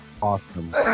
awesome